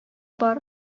бар